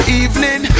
evening